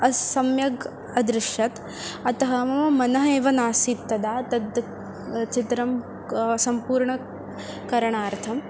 असम्यक् अदृश्यत अतः मम मनः एव नासीत् तदा तद् चित्रं क सम्पूर्णकरणार्थम्